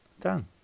done